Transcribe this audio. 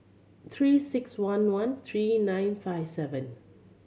Three Six One one three nine five seven